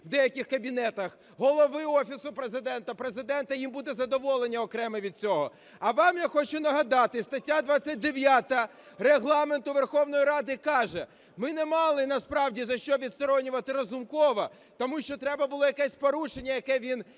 в деяких кабінетах – Голови Офісу Президента, Президента і їм буде задоволення окреме від цього. А вам я хочу нагадати, стаття 29 Регламенту Верховної Ради каже: ми не мали насправді за що відсторонювати Разумкова, тому що треба було якесь порушення, яке він